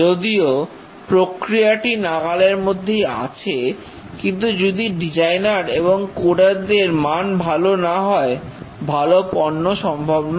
যদিও প্রক্রিয়াটি নাগালের মধ্যেই আছে কিন্তু যদি ডিজাইনার এবং কোডার দের মান ভালো না হয় ভালো পণ্য সম্ভব নয়